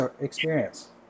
experience